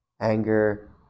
anger